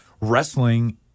wrestling